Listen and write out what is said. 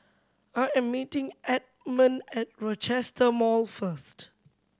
I am meeting Edmond at Rochester Mall first